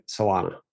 Solana